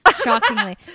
shockingly